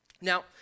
Now